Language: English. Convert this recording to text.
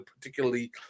particularly